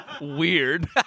weird